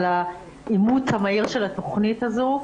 על האימוץ המהיר של התכנית הזו,